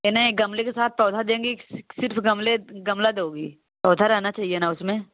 यह नहीं गमले के साथ पौधा देंगी कि सिर्फ़ गमले गमला दोगी पौधा रहना चाहिए ना उसमें